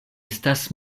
estas